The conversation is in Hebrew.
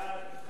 לוועדת הכלכלה